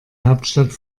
hauptstadt